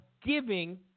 giving